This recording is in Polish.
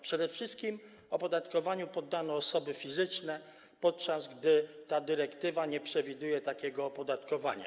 Przede wszystkim opodatkowaniu poddano osoby fizyczne, podczas gdy ta dyrektywa nie przewiduje takiego opodatkowania.